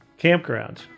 campgrounds